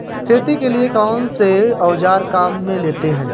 खेती के लिए कौनसे औज़ार काम में लेते हैं?